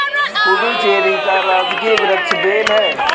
पुडुचेरी का राजकीय वृक्ष बेल है